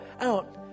out